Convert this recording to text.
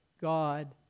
God